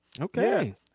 Okay